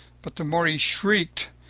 but the more he shrieked,